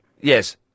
Yes